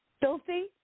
filthy